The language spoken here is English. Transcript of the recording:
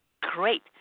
Great